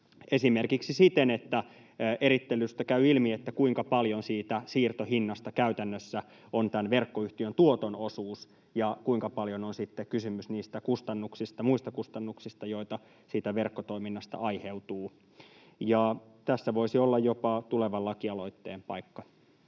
esimerkiksi siten, että erittelystä käy ilmi, kuinka paljon siitä siirtohinnasta käytännössä on tämän verkkoyhtiön tuoton osuus ja kuinka paljon on sitten kysymys niistä muista kustannuksista, joita verkkotoiminnasta aiheutuu. Tässä voisi olla jopa tulevan lakialoitteen paikka.